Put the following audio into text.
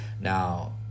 now